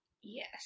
Yes